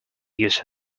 use